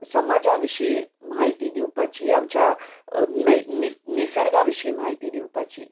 समाजा विशयी माहिती दिवपाची आमच्या नै निसर्गा विशीं माहिती दिवपाची